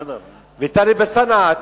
וטלב אלסאנע,